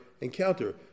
encounter